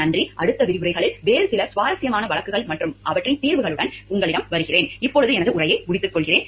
நன்றி அடுத்த விரிவுரைகளில் வேறு சில சுவாரஸ்யமான வழக்குகள் மற்றும் அவற்றின் தீர்வுகளுடன் மீண்டும் உங்களிடம் வருவோம்